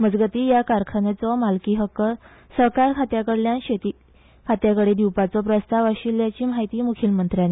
मजगतीं ह्या कारखान्याचो मालकी हक्क सहकार खात्या कडल्यान शेती खात्या कडेन दिवपाचो प्रस्ताव आशिल्ल्याची म्हायती मुखेलमंत्री डॉ